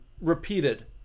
repeated